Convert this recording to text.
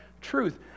truth